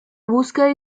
búsqueda